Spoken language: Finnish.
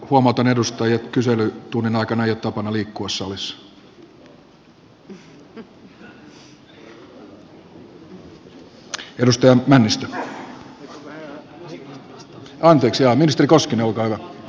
huomautan edustajia että kyselytunnin aikana ei ole tapana liikkua salissa